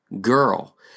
girl